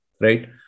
right